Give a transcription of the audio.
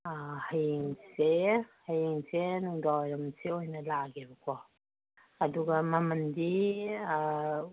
ꯑꯥ ꯍꯌꯦꯡꯁꯦ ꯍꯌꯦꯡꯁꯦ ꯅꯨꯡꯗꯥꯡ ꯋꯥꯏꯔꯝꯁꯦ ꯑꯣꯏꯅ ꯂꯥꯛꯑꯒꯦꯕꯀꯣ ꯑꯗꯨꯒ ꯃꯃꯟꯗꯤ ꯑꯥ